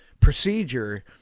procedure